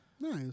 Nice